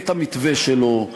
את המתווה שלו,